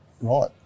right